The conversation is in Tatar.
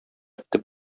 итеп